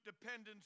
dependence